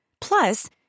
Plus